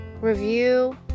review